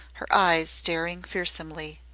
her eyes staring fearsomely.